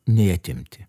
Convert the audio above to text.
nei atimti